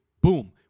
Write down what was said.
Boom